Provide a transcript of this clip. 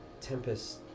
Tempest